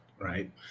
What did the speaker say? right